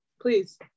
please